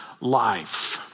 life